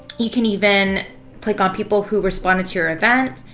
you can even click on people who responded to your event.